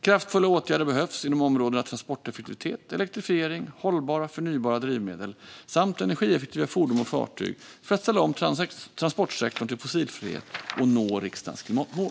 Kraftfulla åtgärder behövs inom områdena transporteffektivitet, elektrifiering, hållbara förnybara drivmedel samt energieffektiva fordon och fartyg för att ställa om transportsektorn till fossilfrihet och nå riksdagens klimatmål.